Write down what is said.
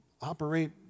operate